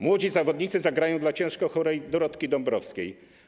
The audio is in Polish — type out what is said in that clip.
Młodzi zawodnicy zagrają dla ciężko chorej Dorotki Dąbrowskiej.